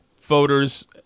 voters